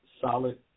solid